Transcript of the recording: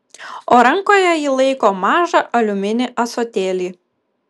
o rankoje ji laiko mažą aliuminį ąsotėlį